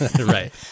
right